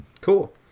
Cool